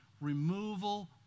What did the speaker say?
removal